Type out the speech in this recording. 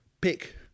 pick